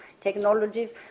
technologies